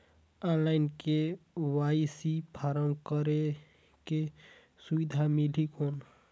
Online KYC form करेके सुविधा मिली कौन?